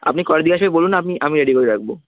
আপনি কটার দিকে আসবে বলুন না আপনি আমি রেডি করে রাখব